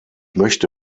möchte